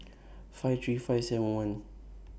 five three five seven one